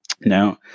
Now